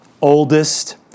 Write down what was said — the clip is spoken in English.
oldest